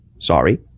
Sorry